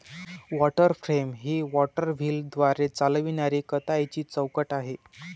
water frame ही water व्हीलद्वारे चालविणारी कताईची चौकट आहे